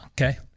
Okay